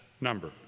number